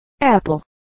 Apple